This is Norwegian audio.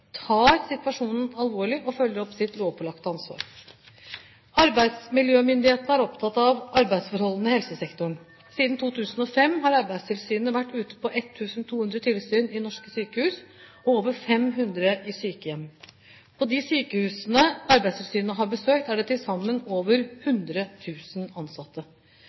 tar situasjonen alvorlig og følger opp sitt lovpålagte ansvar. Arbeidsmiljømyndighetene er opptatt av arbeidsforholdene i helsesektoren. Siden 2005 har Arbeidstilsynet vært ute på 1 200 tilsyn i norske sykehus og over 500 i sykehjem. På de sykehusene Arbeidstilsynet har besøkt, er det til sammen over 100 000 ansatte.